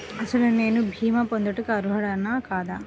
అసలు నేను భీమా పొందుటకు అర్హుడన కాదా?